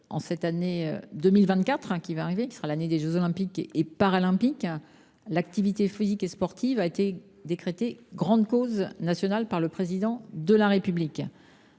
pour l’année 2024, qui sera marquée en France par la tenue des jeux Olympiques et Paralympiques, l’activité physique et sportive a été décrétée grande cause nationale par le Président de la République.